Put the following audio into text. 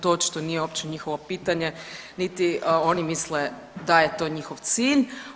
To očito nije uopće njihovo pitanje, niti oni misle da je to njihov cilj.